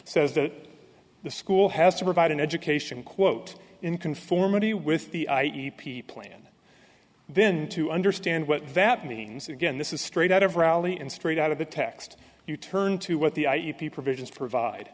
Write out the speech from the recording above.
says that the school has to provide an education quote in conformity with the i e p plan then to understand what that means again this is straight out of raleigh and straight out of the text you turn to what the i u p provisions provide